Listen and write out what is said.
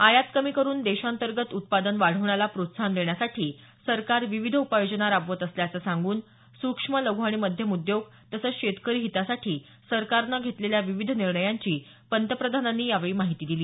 आयात कमी करुन देशांतर्गत उत्पादन वाढवण्याला प्रोत्साहन देण्यासाठी सरकार विविध उपाययोजना राबवत असल्याचं सांगून सुक्ष्म लघु आणि मध्यम उद्योग तसंच शेतकरी हितासाठी सरकारनं घेतलेल्या विविध निर्णयांची पंतप्रधानांनी यावेळी माहिती दिली